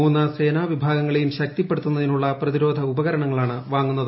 മൂന്ന് സേനാ വിഭാഗങ്ങളെയും ശക്തിപ്പെടുത്തുന്നതിനുള്ള പ്രതിരോധ ഉപകരണങ്ങളാണ് വാങ്ങുന്നത്